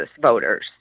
voters